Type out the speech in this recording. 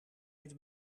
het